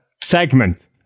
segment